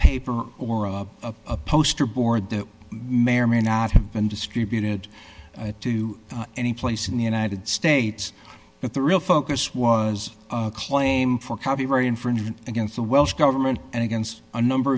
paper or a poster board that may or may not have been distributed to any place in the united states but the real focus was a claim for copyright infringement against the welsh government and against a number